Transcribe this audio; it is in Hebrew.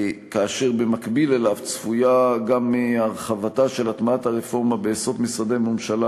ובמקביל אליו צפויה גם הרחבתה של הטמעת הרפורמה בעשרות משרדי ממשלה